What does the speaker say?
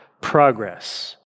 progress